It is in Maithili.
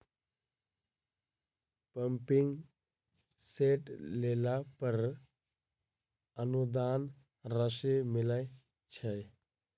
पम्पिंग सेट लेला पर अनुदान राशि मिलय छैय?